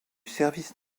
service